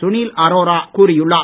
சுனில் அரோரா கூறியுள்ளார்